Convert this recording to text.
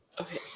Okay